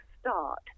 start